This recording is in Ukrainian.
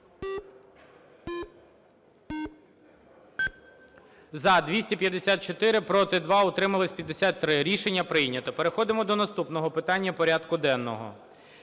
За-254 Проти – 2, утримались – 53. Рішення прийнято. Переходимо до наступного питання порядку денного.